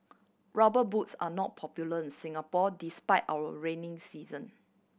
Rubber Boots are not popular in Singapore despite our rainy season